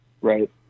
Right